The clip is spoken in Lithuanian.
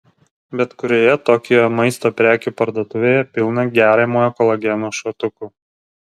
bet kurioje tokijo maisto prekių parduotuvėje pilna geriamojo kolageno šotukų